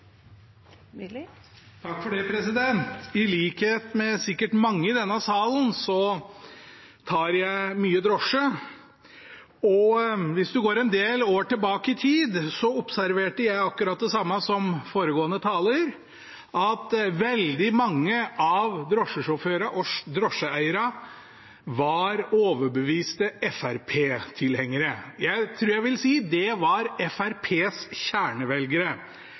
enig i akkurat det. I likhet med sikkert mange i denne salen tar jeg mye drosje. Hvis man går en del år tilbake i tid, observerte jeg akkurat det samme som foregående taler: at veldig mange av drosjesjåførene og drosjeeierne var overbeviste Fremskrittsparti-tilhengere. Jeg tror jeg vil si at det var Fremskrittspartiets kjernevelgere.